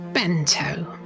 Bento